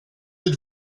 êtes